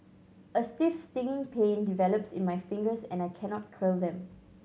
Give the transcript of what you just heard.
a stiff stinging pain develops in my fingers and I cannot curl them